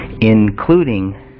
including